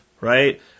Right